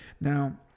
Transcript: now